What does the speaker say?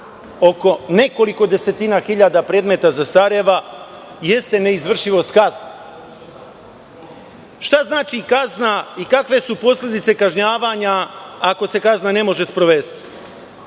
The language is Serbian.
oko nekoliko desetina hiljada predmeta zastareva, jeste neizvršivost kazne. Šta znači kazna i kakve su posledice kažnjavanja ako se kazna ne može sprovesti?